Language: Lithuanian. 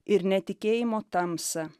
ir netikėjimo tamsą